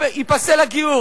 ייפסל הגיור,